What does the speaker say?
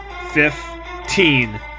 fifteen